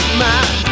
my-